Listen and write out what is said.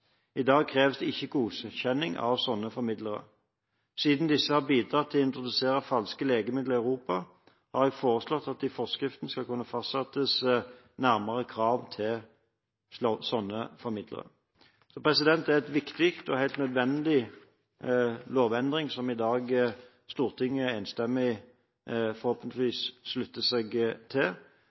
I dag kreves det ikke godkjenning av slike formidlere. Siden disse har bidratt til å introdusere falske legemidler i Europa, har jeg foreslått at det i forskrifter skal kunne fastsettes nærmere krav til slike formidlere. Det er en viktig og helt nødvendig lovendring som Stortinget i dag forhåpentligvis enstemmig slutter seg til.